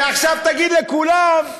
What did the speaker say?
ועכשיו תגיד לכולם,